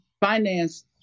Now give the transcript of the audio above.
finance